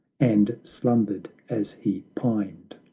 and slumbered as he pined.